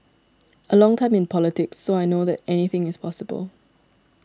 a long time in politics so I know that anything is possible